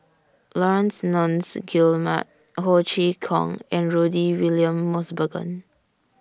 Laurence Nunns Guillemard Ho Chee Kong and Rudy William Mosbergen